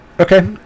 Okay